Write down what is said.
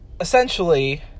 essentially